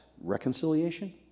reconciliation